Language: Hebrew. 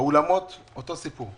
האולמות אותו סיפור.